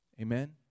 amen